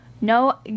no